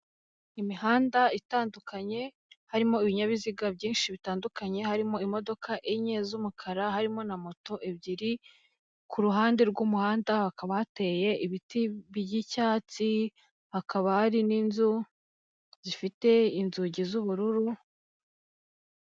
Imihanda itandukanye harimo ibinyabiziga byinshi bitandukanye, harimo imodoka enye z'umukara, harimo na moto ebyiri, ku ruhande rw'umuhanda hakaba hateye ibiti by'icyatsi, hakaba hari n'inzu zifite inzugi z'ubururu.